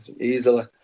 easily